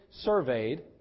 surveyed